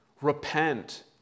Repent